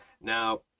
Now